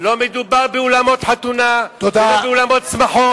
לא מדובר באולמות חתונה, ולא באולמות שמחה.